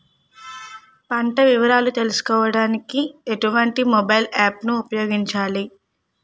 పంట వివరాలు తెలుసుకోడానికి ఎటువంటి మొబైల్ యాప్ ను ఉపయోగించాలి?